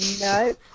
No